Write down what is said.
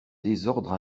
désordre